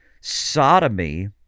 sodomy